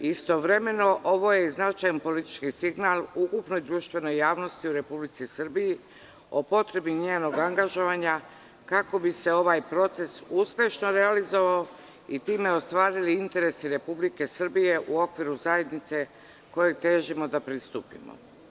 Istovremeno, ovo je značajan politički signal u ukupnoj društvenoj javnosti u Republici Srbiji o potrebi njenog angažovanja kako bi se ovaj proces uspešno realizovao i time ostvarili interesi Republike Srbije u okviru zajednice kojoj težimo da pristupimo.